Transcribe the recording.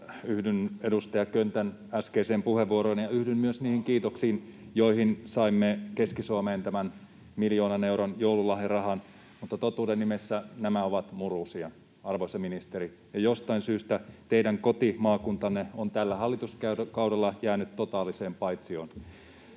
Yhdyn edustaja Köntän äskeiseen puheenvuoroon ja yhdyn myös niihin kiitoksiin, että saimme Keski-Suomeen tämän miljoonan euron joululahjarahan. Mutta totuuden nimessä nämä ovat murusia, arvoisa ministeri, ja jostain syystä teidän kotimaakuntanne on tällä hallituskaudella jäänyt totaaliseen paitsioon.